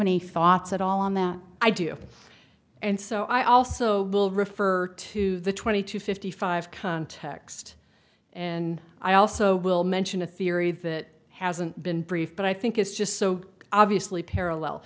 any thoughts at all on that i do and so i also will refer to the twenty two fifty five context and i also will mention a theory that hasn't been briefed but i think it's just so obviously parallel